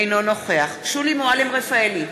אינו נוכח שולי מועלם-רפאלי,